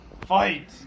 Fight